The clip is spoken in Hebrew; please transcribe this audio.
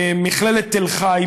מכללת תל חי,